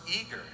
eager